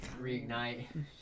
reignite